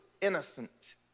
innocent